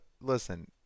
listen